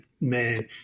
man